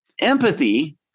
Empathy